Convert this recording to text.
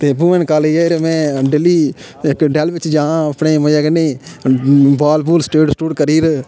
ते वूमेन में डेली डेह्ल बिच जांऽ अपने मज़े कन्नै ते बाल बूल स्ट्रेट स्टूट करी'र